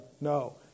No